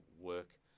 work